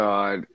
God